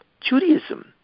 Judaism